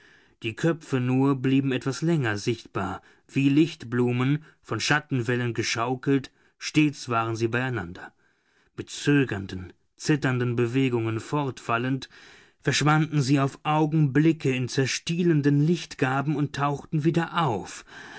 die köpfe nur blieben etwas länger sichtbar wie lichtblumen von schattenwellen geschaukelt stets waren sie beieinander mit zögernden zitternden bewegungen fortwallend verschwanden sie auf augenblicke in zerstiebenden lichtgarben und tauchten wieder auf